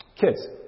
Kids